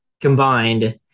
combined